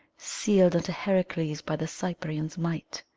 sealed unto heracles by the cyprian's might.